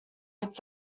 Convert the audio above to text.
its